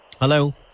Hello